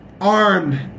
armed